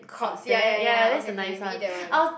called ya ya ya okay okay we eat that [one]